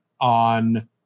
On